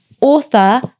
author